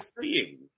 seeing